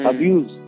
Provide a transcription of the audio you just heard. Abuse